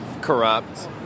corrupt